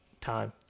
Time